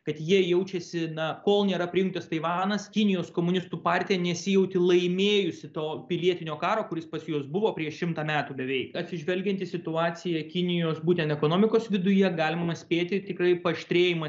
kad jie jaučiasi na kol nėra priimtas taivanas kinijos komunistų partija nesijautė laimėjusi to pilietinio karo kuris pas juos buvo prieš šimtą metų beveik atsižvelgiant į situaciją kinijos būtent ekonomikos viduje galima spėti tikrai paaštrėjimą